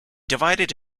divided